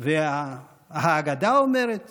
האגדה אומרת